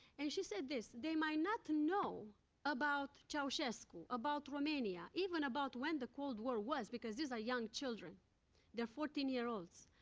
and she said this, they might not know about ceausescu, about romania, even about when the cold war was, because these are young children they're fourteen year olds.